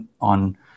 on